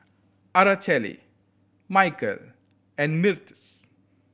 Araceli Mykel and